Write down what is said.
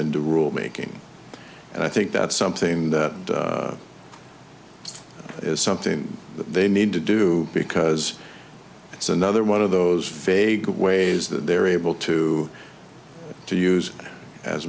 into rule making and i think that's something that is something that they need to do because it's another one of those fager ways that they're able to to use as